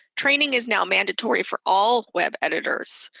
training is now mandatory for all web editors.